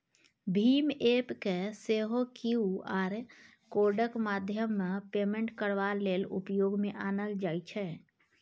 भीम app केँ सेहो Q R कोडक माध्यमेँ पेमेन्ट करबा लेल उपयोग मे आनल जाइ छै